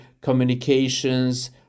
communications